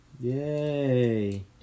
Yay